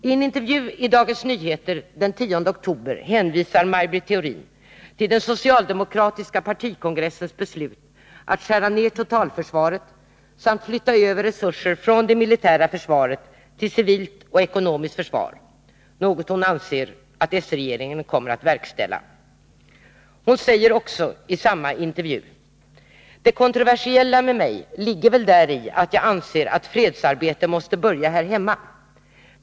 I enintervju i Dagens Nyheter den 10 oktober hänvisar Maj Britt Theorin till den socialdemokratiska partikongressens beslut att skära ner totalförsvaret samt flytta över resurserna från det militära försvaret till civilt och ekonomiskt försvar, något hon anser att s-regeringen kommer att verkställa. Hon säger också i samma intervju: ”Det kontroversiella med mig ligger väl däri att jag anser att fredsarbete måste börja här hemma.